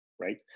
right